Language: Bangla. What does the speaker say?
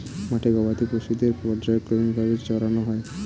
মাঠে গবাদি পশুদের পর্যায়ক্রমিক ভাবে চরানো হয়